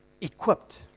equipped